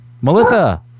Melissa